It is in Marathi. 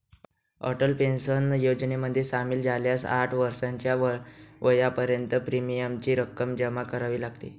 अटल पेन्शन योजनेमध्ये सामील झाल्यास साठ वर्षाच्या वयापर्यंत प्रीमियमची रक्कम जमा करावी लागते